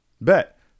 Bet